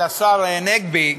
השר נגבי,